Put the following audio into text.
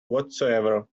whatsoever